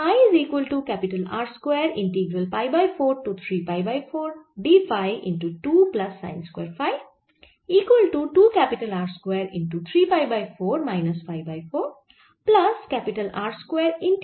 প্রশ্ন সংখ্যা 3